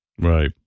Right